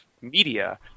media